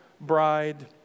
bride